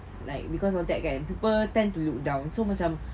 like because of that guy and people tend to look down so macam